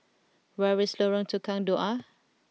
where is Lorong Tukang Dua